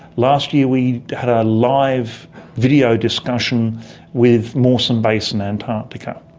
last year we had a live video discussion with mawson base in antarctica.